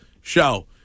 show